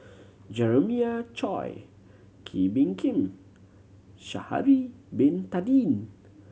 Jeremiah Choy Kee Bee Khim Sha'ari Bin Tadin